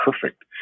perfect